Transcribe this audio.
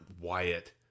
wyatt